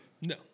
No